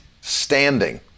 standing